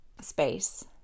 space